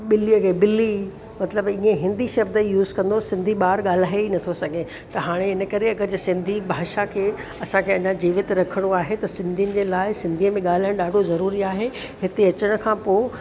ॿिलीअ खे बिली मतिलबु इहे हिंदी शब्द यूस कंदो सिंधी भाषा ॿार ॻाल्हाए ई न थो सघे त हाणे इन करे जे सिंधी भाषा खे असांखे अञा जीवित रखणो आहे त सिंधियुनि जे लाइ सिंधीअ में ॻाल्हाइणु ॾाढो ज़रूरी आहे हिते अचण खां पोइ